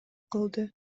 кылды